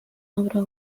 obra